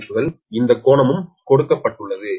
மதிப்புகள் இந்த கோணமும் கொடுக்கப்பட்டுள்ளது